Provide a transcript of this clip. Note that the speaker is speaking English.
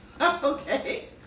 Okay